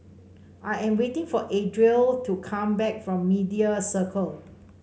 I am waiting for Adriel to come back from Media Circle